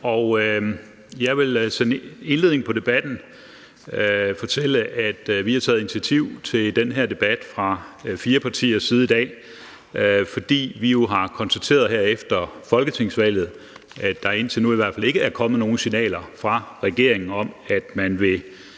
Jeg vil som indledning til debatten fortælle, at vi har taget initiativ til den her debat fra fire partiers side i dag, fordi vi jo her efter folketingsvalget har konstateret, at der i hvert fald indtil nu ikke er kommet nogen signaler fra regeringen om, at man vil